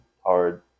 hard